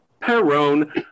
Peron